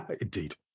Indeed